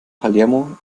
palermo